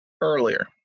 earlier